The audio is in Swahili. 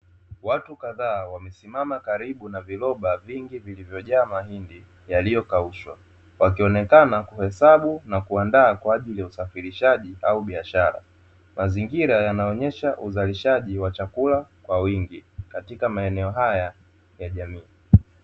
Watu kadhaa wamesimama karibu viroba vingi vilivyojaa mahindi mengi yaliyokaushwa, wakionekana kuhesabu na kuandaa kwa ajili ya usafirishaji au biashara. Mazingira yanaonyesha uzalishaji wa chakula kwa wingi, katika maeneo haya ya jamii.